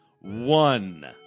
one